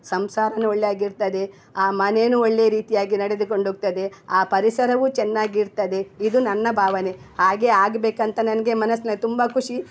ಸಂಸಾರವೂ ಒಳ್ಳೆಯಾಗಿರ್ತದೆ ಆ ಮನೆಯೂ ಒಳ್ಳೆ ರೀತಿಯಾಗಿ ನಡೆದುಕೊಂಡೋಗ್ತದೆ ಆ ಪರಿಸರವೂ ಚೆನ್ನಾಗಿರ್ತದೆ ಇದು ನನ್ನ ಭಾವನೆ ಹಾಗೆ ಆಗಬೇಕಂತ ನನಗೆ ಮನಸ್ನಲ್ಲಿ ತುಂಬ ಖುಷಿ